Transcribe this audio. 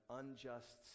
unjust